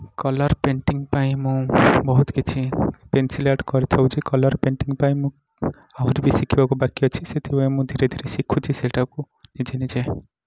colour painting ପାଇଁ ମୁଁ ବହୁତ କିଛି ପେନସିଲ୍ ଆର୍ଟ କରିଦେଉଛି କଲର୍ ପେଣ୍ଟିଙ୍ଗ ପାଇଁ ମୁଁ ଆହୁରି ବି ଶିଖିବାକୁ ବାକି ଅଛି ସେଥିପାଇଁ ମୁଁ ଧୀରେ ଧୀରେ ଶିଖୁଛି ସେଇଟାକୁ ନିଜେ ନିଜେ